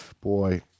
Boy